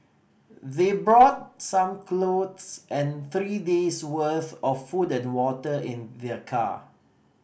they brought some clothes and three days' worth of food and water in their car